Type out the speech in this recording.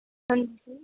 ਹਾਂਜੀ